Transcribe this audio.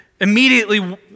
immediately